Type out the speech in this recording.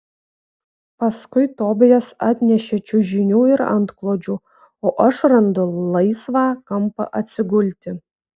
paskui tobijas atneša čiužinių ir antklodžių o aš randu laisvą kampą atsigulti